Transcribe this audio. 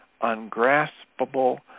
ungraspable